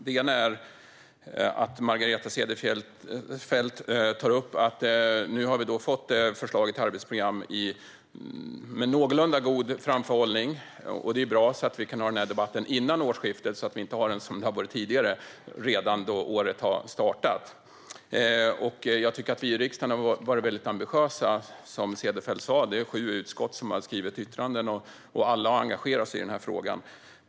Den ena är att Margareta Cederfelt tar upp att vi nu har fått förslaget till arbetsprogram med någorlunda god framförhållning. Det är bra - då kan vi ha den här debatten före årsskiftet och inte, som det har varit tidigare, då året redan har börjat. Jag tycker att vi i riksdagen har varit ambitiösa. Som Margareta Cederfelt sa är det sju utskott som har skrivit yttranden, och alla har engagerat sig i den här frågan.